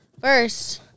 first